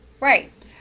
Right